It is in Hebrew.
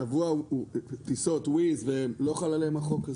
השבוע, טיסות וויז לא חל עליהם החוק הזה.